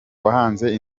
wahanze